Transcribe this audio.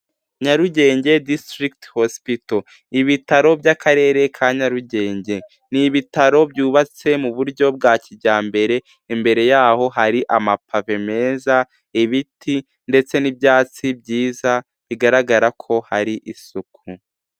Nyarugenge disitirigite hosipito ibitaro by'akarere ka nyarugenge n'ibitaro byubatse mu buryo bwa kijyambere imbere yaho hari amapave meza ibiti ndetse n'ibyatsi byiza bigaragara ko hari isuku.